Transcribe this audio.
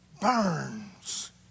burns